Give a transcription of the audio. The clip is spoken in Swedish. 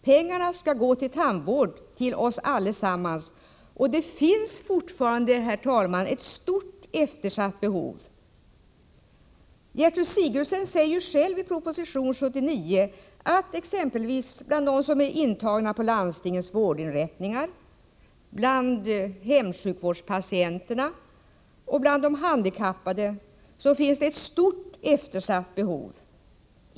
Pengarna skall gå till tandvård för oss allesammans, och det finns fortfarande, herr talman, ett stort eftersatt behov. Gertrud Sigurdsen säger själv i proposition 79 att exempelvis bland dem som är intagna på landstingens vårdinrättningar, bland hemsjukvårdspatienterna och bland de handikappade finns ett stort eftersatt behov.